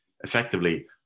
effectively